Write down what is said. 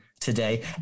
Today